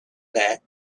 that